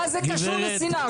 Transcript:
מה זה קשור לשנאה?